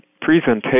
presentation